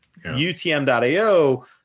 UTM.io